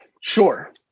Sure